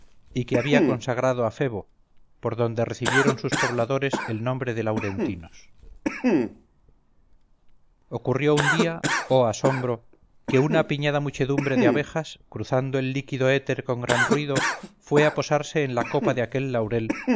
y que había consagrado a febo por donde recibieron sus pobladores el nombre de laurentinos ocurrió un día oh asombro que una apiñada muchedumbre de abejas cruzando el líquido éter con gran ruido fue a posarse en la copa de aquel laurel